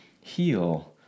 heal